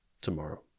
tomorrow